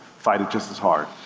fight it just as hard.